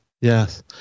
Yes